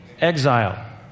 exile